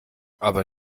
aber